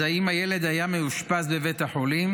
אז אם הילד היה מאושפז בבית החולים,